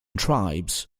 tribes